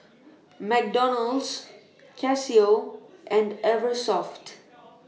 McDonald's Casio and Eversoft